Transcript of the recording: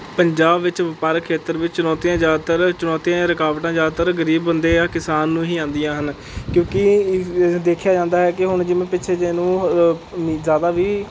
ਪੰਜਾਬ ਵਿੱਚ ਵਪਾਰਕ ਖੇਤਰ ਵਿੱਚ ਚੁਣੌਤੀਆਂ ਜ਼ਿਆਦਾਤਰ ਚੁਣੌਤੀਆਂ ਰੁਕਾਵਟਾਂ ਜ਼ਿਆਦਾਤਰ ਗਰੀਬ ਬੰਦੇ ਜਾਂ ਕਿਸਾਨ ਨੂੰ ਹੀ ਆਉਂਦੀਆਂ ਹਨ ਕਿਉਂਕਿ ਇਹ ਇਹ ਦੇਖਿਆ ਜਾਂਦਾ ਹੈ ਕਿ ਹੁਣ ਜਿਵੇਂ ਪਿੱਛੇ ਜਿਹੇ ਨੂੰ ਜ਼ਿਆਦਾ ਮੀਂਹ